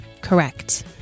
Correct